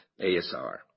ASR